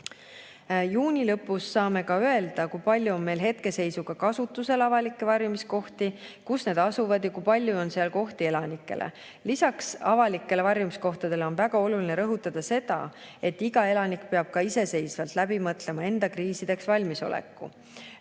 Juuni lõpus saame öelda, kui palju on meil hetkeseisuga kasutusel avalikke varjumiskohti, kus need asuvad ja kui palju on seal kohti elanikele. Lisaks avalikele varjumiskohtadele on väga oluline rõhutada, et iga elanik peab ka iseseisvalt läbi mõtlema enda kriisideks valmisoleku.